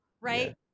Right